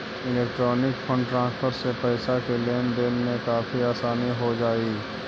electronic fund transfer से पैसे की लेन देन में काफी आसानी हो जा हई